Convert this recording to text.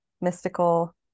mystical